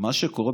מה שקורה,